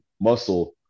muscle